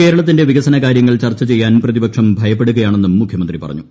കേരളത്തിന്റെ വികസനകാര്യങ്ങൾ ചർച്ച ചെയ്യാൻ പ്രതിപക്ഷം ഭയപ്പെടുകയാണെന്നും മുഖ്യമന്ത്രി പറഞ്ഞു